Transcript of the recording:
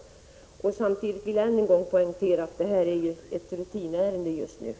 Till slut vill jag än en gång poängtera att det vi nu behandlar är ett rutinärende.